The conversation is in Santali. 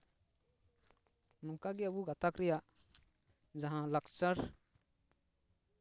ᱱᱚᱝᱠᱟ ᱜᱮ ᱟᱵᱚ ᱜᱟᱛᱟᱠ ᱨᱮᱭᱟᱜ ᱡᱟᱦᱟᱸ ᱞᱟᱠᱪᱟᱨ